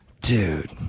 Dude